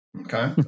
Okay